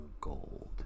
gold